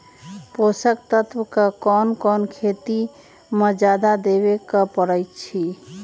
पोषक तत्व क कौन कौन खेती म जादा देवे क परईछी?